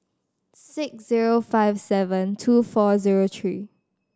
six zero five seven two four zero three